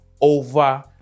over